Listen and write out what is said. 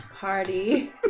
party